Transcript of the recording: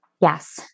Yes